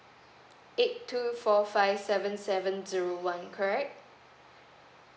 eight two four five seven seven zero one correct